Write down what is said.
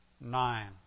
Nine